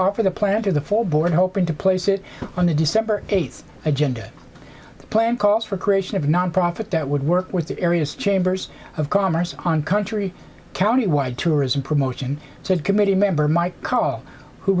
offer the plan to the full board hoping to place it on the december eighth agenda the plan calls for creation of a nonprofit that would work with the area's chambers of commerce on country countywide tourism promotion said committee member might call who